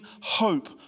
hope